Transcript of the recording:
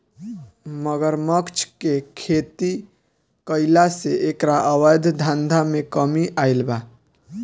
मगरमच्छ के खेती कईला से एकरा अवैध धंधा में कमी आईल बा